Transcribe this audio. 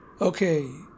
Okay